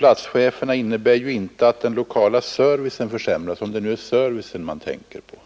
Det innebär ju inte att den lokala servicen försämras — om det nu är servicen man tänker på.